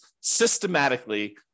systematically